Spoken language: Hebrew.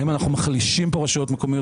האם אנחנו מחלישים כאן רשויות מקומיות